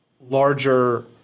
larger